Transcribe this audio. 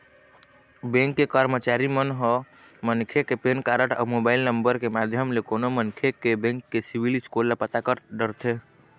bank के करमचारी ह मनखे के पेन कारड अउ मोबाईल नंबर के माध्यम ले कोनो मनखे के बेंक के सिविल स्कोर ल पता कर डरथे